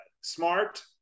smart